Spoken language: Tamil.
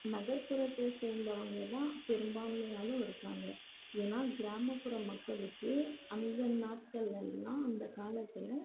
நகர்ப்புறத்தை சேர்ந்தவங்க தான் பெரும்பான்மையாலும் இருக்காங்க ஏன்னால் கிராமப்புற மக்களுக்கு அந்த நாட்களெல்லாம் அந்தக் காலத்தில்